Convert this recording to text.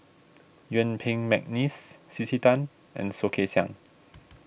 Yuen Peng McNeice C C Tan and Soh Kay Siang